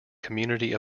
community